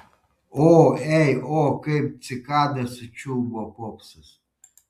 o ei o kaip cikada sučiulbo popsas